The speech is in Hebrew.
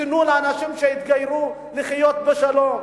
תנו לאנשים שהתגיירו לחיות בשלום.